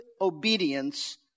obedience